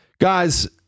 Guys